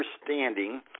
understanding